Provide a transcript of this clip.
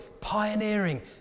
pioneering